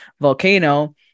volcano